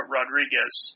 Rodriguez